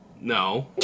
No